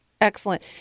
Excellent